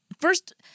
first